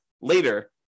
later